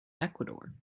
ecuador